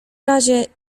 razie